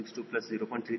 2573 6